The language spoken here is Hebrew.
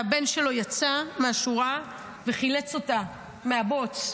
והבן שלו יצא מהשורה וחילץ אותה מהבוץ,